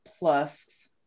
Plus